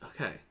Okay